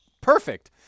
perfect